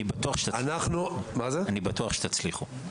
אני בטוח שתצליחו.